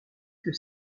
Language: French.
que